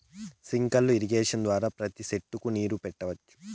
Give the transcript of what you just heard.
sprinkler irrigation ద్వారా ప్రతి సెట్టుకు నీరు పెట్టొచ్చు